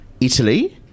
Italy